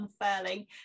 unfurling